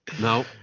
No